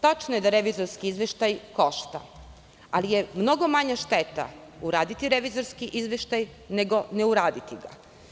Tačno je da revizorski izveštaj košta, ali je mnogo manja šteta uraditi revizorski izveštaj nego ne uraditi ga.